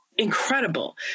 incredible